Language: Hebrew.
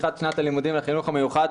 לפתיחת שנת הלימודים לחינוך המיוחד,